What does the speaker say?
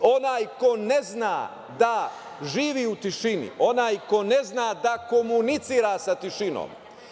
Onaj ko ne zna da živi u tišini, onaj ko ne zna da komunicira sa tišinom,